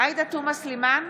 עאידה תומא סלימאן,